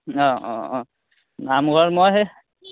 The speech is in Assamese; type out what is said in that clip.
অঁ অঁ অঁ নামঘৰত মই সেই